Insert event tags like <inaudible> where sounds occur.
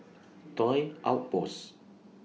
<noise> Toy Outpost